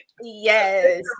Yes